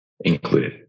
included